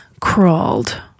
crawled